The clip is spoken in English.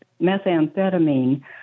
methamphetamine